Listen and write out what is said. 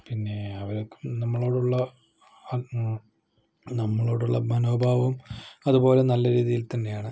പിന്നെ അവർക്ക് നമ്മളോടുള്ള നമ്മളോടുള്ള മനോഭാവവും അതുപോലെ നല്ല രീതിയിൽ തന്നെയാണ്